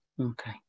Okay